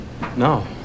No